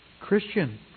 Christian